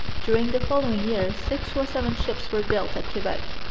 during the following year six or seven ships were built at quebec.